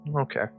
Okay